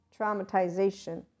traumatization